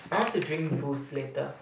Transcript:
I want to drink boost later